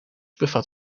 bevat